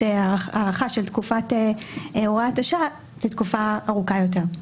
הארכה של תקופת הוראת השעה לתקופה ארוכה יותר.